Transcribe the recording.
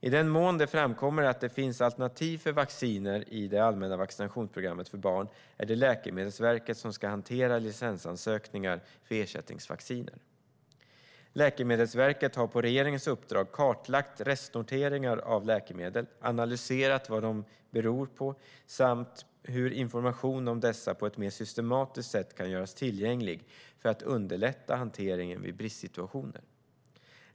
I den mån det framkommer att det finns alternativ till vacciner i det allmänna vaccinationsprogrammet för barn är det Läkemedelsverket som ska hantera licensansökningar för ersättningsvacciner. Läkemedelsverket har på regeringens uppdrag kartlagt restnoteringar av läkemedel och analyserat vad de beror på samt hur information om dessa på ett mer systematiskt sätt kan göras tillgänglig för att underlätta hanteringen vid bristsituationer.